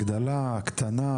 הקטנה,